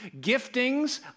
Giftings